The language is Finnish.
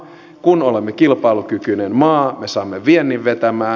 kun olemme kilpailukykyinen maa me saamme viennin vetämään